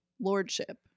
lordship